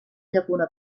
llacuna